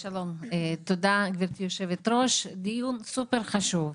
תודה גברתי יושבת הראש על הדיון החשוב הזה.